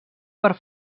per